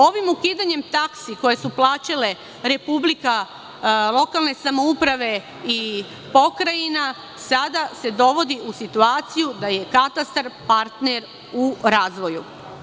Ovim ukidanjem taksi, koje su plaćale Republika, lokalne samouprave i pokrajina, sada se dovodi u situaciju da je katastar partner u razvoju.